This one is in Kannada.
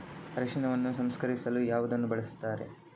ಅರಿಶಿನವನ್ನು ಸಂಸ್ಕರಿಸಲು ಯಾವುದನ್ನು ಬಳಸುತ್ತಾರೆ?